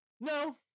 No